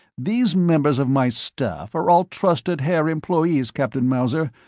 these members of my staff are all trusted haer employees, captain mauser.